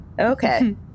Okay